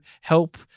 help